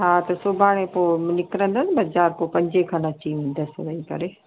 हा त सुभाणे पोइ निकरंदनि बाज़ारि पोइ पंजे खनि अची वेंदसि वेही करे